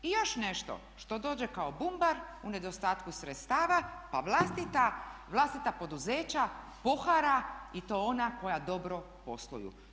I još nešto što dođe kao bumbar u nedostatku sredstava pa vlastita poduzeća pohara i to ona koja dobro posluju.